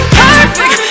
perfect